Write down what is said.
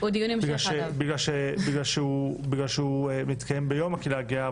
בגלל שהוא מתקיים ביום הקהילה הגאה,